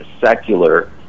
secular